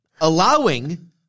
allowing